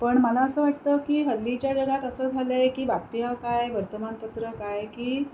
पण मला असं वाटतं की हल्लीच्या जगात असं झालं आहे की बातम्या काय वर्तमानपत्र काय की